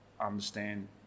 understand